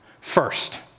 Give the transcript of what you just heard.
first